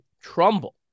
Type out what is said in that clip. Trumbull